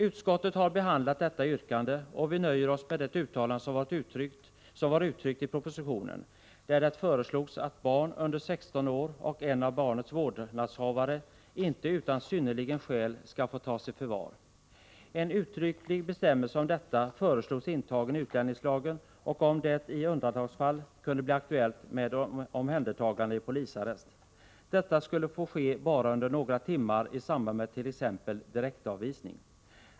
Utskottet har behandlat detta yrkande, och vi nöjer oss med det uttalande som var uttryckt i propositionen, där det föreslogs att barn under 16 år och en av barnets vårdnadshavare inte utan synnerliga skäl skall få tas i förvar. En uttrycklig bestämmelse om detta föreslogs bli intagen i utlänningslagen. Om det i undantagsfall kunde bli aktuellt med omhändertagande i polisarrest, skulle detta få ske bara under några timmar i samband med t.ex. direktavvisning.